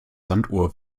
sanduhr